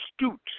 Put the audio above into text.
astute